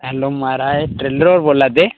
hello Maharaj tailor होर बोल्ला दे